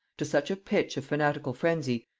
to such a pitch of fanatical phrensy,